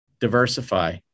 diversify